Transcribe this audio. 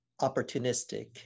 opportunistic